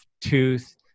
tooth